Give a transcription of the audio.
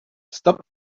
stop